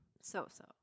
so-so